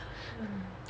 mm